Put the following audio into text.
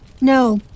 No